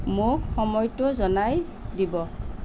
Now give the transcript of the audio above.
মোক সময়টো জনাই দিব